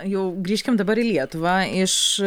jau grįžkim dabar į lietuvą iš